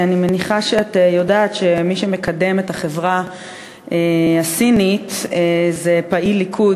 אני מניחה שאת יודעת שמי שמקדם את החברה הסינית זה פעיל ליכוד,